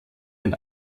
den